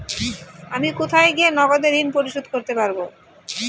আমি কোথায় গিয়ে নগদে ঋন পরিশোধ করতে পারবো?